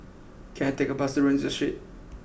can I take a bus to Rienzi Street